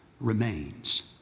remains